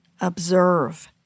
Observe